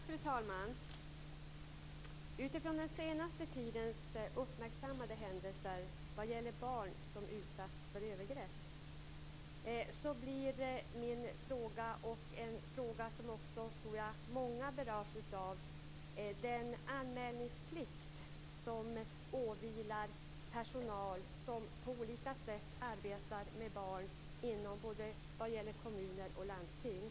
Fru talman! Utifrån den senaste tidens uppmärksammade händelser vad gäller barn som utsatts för övergrepp vill jag ställa en fråga, som jag tror många berörs av, om den anmälningsplikt som åvilar personal som på olika sätt arbetar med barn i kommuner och landsting.